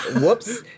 whoops